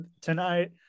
tonight